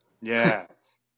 Yes